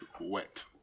Wet